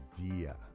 idea